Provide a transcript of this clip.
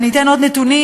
אתן עוד נתונים,